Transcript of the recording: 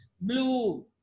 blue